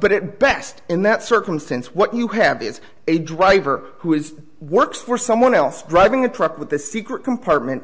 but it best in that circumstance what you have is a driver who is works for someone else driving a truck with the secret compartment